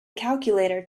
calculator